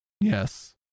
Yes